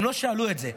הם לא שאלו את זה.